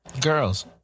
Girls